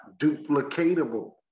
duplicatable